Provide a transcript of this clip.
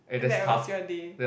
then that was your day